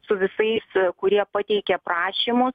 su visais kurie pateikė prašymus